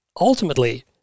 ultimately